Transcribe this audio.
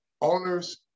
Owners